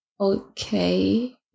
okay